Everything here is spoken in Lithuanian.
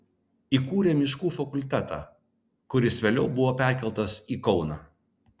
įkūrė miškų fakultetą kuris vėliau perkeltas į kauną